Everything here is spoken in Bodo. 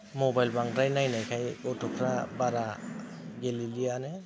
मबाइल बांद्राय नायनायखाय गथ'फ्रा बारा गेलेलियानो